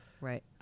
Right